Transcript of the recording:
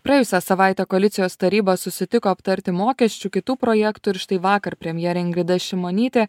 praėjusią savaitę koalicijos taryba susitiko aptarti mokesčių kitų projektų ir štai vakar premjerė ingrida šimonytė